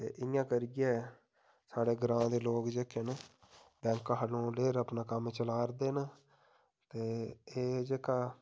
ते इ'यां करियै साढ़े ग्रांऽ दे लोक जेह्के न बैंक हा लोन लेआ'र अपना कम्म चला'रदे ते एह् जेह्का